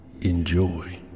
Enjoy